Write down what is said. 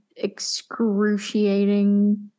excruciating